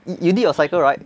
you did your cycle right